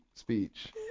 speech